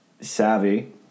savvy –